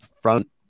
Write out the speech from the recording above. front